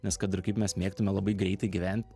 nes kad ir kaip mes mėgtume labai greitai gyvent